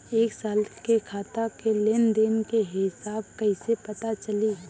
एक साल के खाता के लेन देन के हिसाब कइसे पता चली?